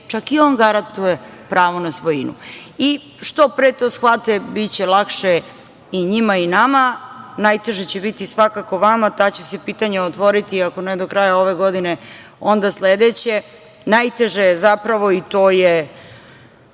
čak i on garantuje pravo na svojinu. I što pre to shvate, biće lakše i njima i nama. Najteže će biti svakako vama, jer će se ta pitanja otvoriti, ako ne do kraja ove godine, onda sledeće. Najteže je zapravo, i to je